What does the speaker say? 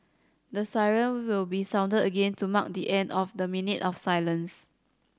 the siren will be sounded again to mark the end of the minute of silence